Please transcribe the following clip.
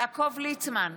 נגד יעקב ליצמן,